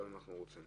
גם אם אנחנו רוצים.